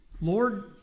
Lord